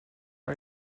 par